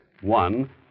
One